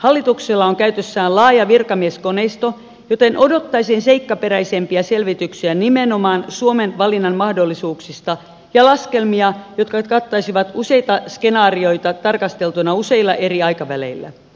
hallituksella on käytössään laaja virkamieskoneisto joten odottaisin seikkaperäisempiä selvityksiä nimenomaan suomen valinnan mahdollisuuksista ja laskelmia jotka kattaisivat useita skenaarioita tarkasteltuna useilla eri aikaväleillä